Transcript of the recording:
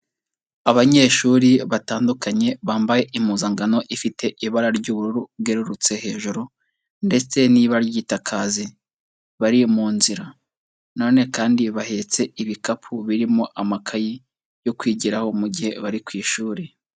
Abanyeshuri batandukanye bambaye impuzankano ifite ibara ry'ubururu bwererutse hejuru ndetse n'ibara ry'itaka hasi, bari mu nzira na none kandi bahetse ibikapu birimo amakayi yo kwigiraho mu gihe bari ku ishuri.